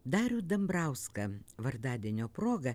darių dambrauską vardadienio proga